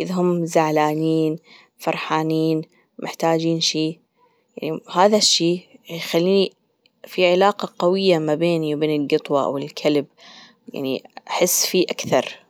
إذا هم زعلانين فرحانين محتاجين شي هذا الشي يخليه في علاقة قوية ما بيني وبين القطوة أو الكلب يعني أحس فيه أكثر.